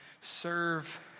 serve